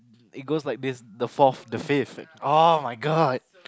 it goes like this the fourth the fifth [oh]-my-god